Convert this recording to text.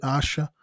acha